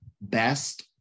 best